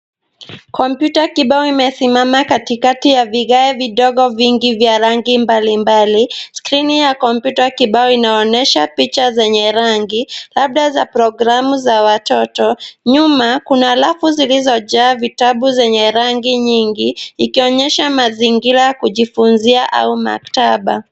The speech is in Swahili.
Kompyuta kibao imesimama katikati ya vigae vidogo vingi vya rangi mbalimbali. Skrini ya komyuta kibao inaonyesha picha zenye rangi labda za programu za watoto. Nyuma, kuna rafu zilizojaa vitabu zenye rangi nyingi ikionyesha mazingira ya kujifunzia au maktaba.